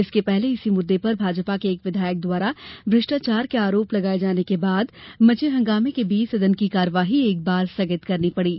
इसके पहले इसी मुद्दे पर भाजपा के एक विधायक द्वारा भ्रष्टाचार के आरोप लगाए जाने के बाद मचे हंगामे के बीच सदन की कार्यवाही एक बार स्थगित करनी पड़ी